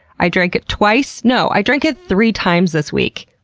i drank it twice, no, i drank it three times this week.